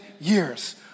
years